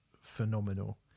phenomenal